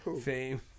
Fame